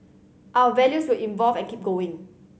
our values will evolve and keep going